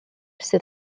sydd